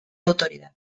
autoridad